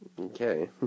Okay